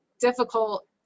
difficult